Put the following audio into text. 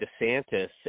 DeSantis